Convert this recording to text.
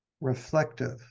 Reflective